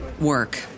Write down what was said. work